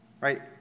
right